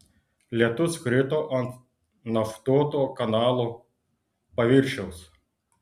lietus krito ant naftuoto kanalo paviršiaus